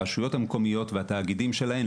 הרשויות המקומיות והתאגידים שלהן,